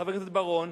חבר הכנסת בר-און,